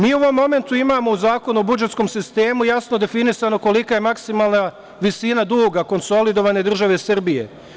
Mi u ovom momentu imamo u Zakonu o budžetskom sistemu jasno definisano kolika je maksimalna visina duga konsolidovane države Srbije.